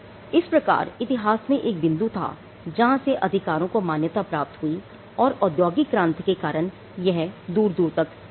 इस प्रकार इतिहास में एक बिंदु था जहां से अधिकारों को मान्यता प्राप्त हुई और औद्योगिक क्रांति के कारण यह दूर दूर तक फैल गई